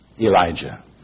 Elijah